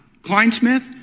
Kleinsmith